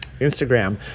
Instagram